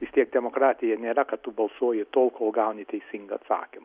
vis tiek demokratija nėra kad tu balsuoji tol kol gauni teisingą atsakymą